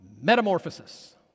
Metamorphosis